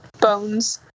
bones